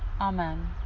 Amen